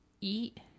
eat